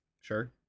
sure